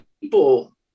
people